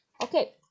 Okay